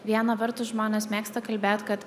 viena vertus žmonės mėgsta kalbėt kad